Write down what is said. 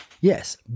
yes